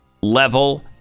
level